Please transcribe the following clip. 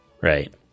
Right